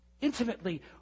intimately